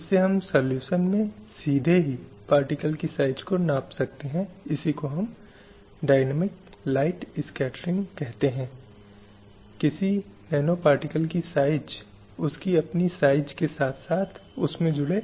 संविधान के संदर्भ में सर्वोच्च कानून और जिस तरह से संविधान ने अधिकारों और कर्तव्यों को माना है वह इस समानता को प्राप्त करने की प्रक्रिया में एक लंबा रास्ता तय कर चुका है